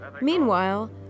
Meanwhile